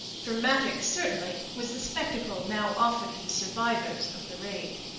dramatic, certainly, was the spectacle now offered to the survivors of the raid.